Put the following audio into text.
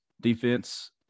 defense –